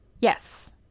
Yes